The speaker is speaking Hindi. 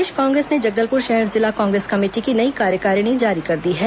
प्रदेश कांग्रेस ने जगदलपुर शहर जिला कांग्रेस कमेटी की नई कार्यकारणी जारी कर दी है